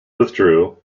withdrew